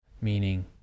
meaning